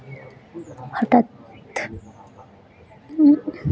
ᱦᱚᱴᱟᱛ